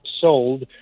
sold